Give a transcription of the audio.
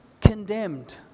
condemned